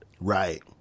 Right